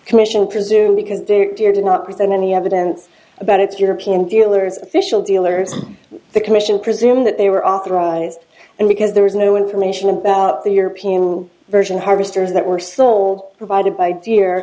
commission presume because dick dear did not present any evidence about its european dealers official dealers the commission presume that they were authorized and because there was no information about the european version harvesters that were sold provided by dear